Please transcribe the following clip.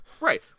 Right